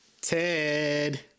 Ted